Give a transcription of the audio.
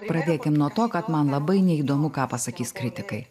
pradėkim nuo to kad man labai neįdomu ką pasakys kritikai